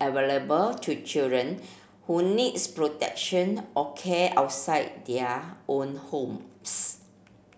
available to children who needs protection or care outside their own homes